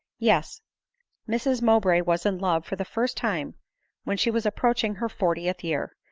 yes mrs mowbray was in love for the first time when she was approaching her fortieth year!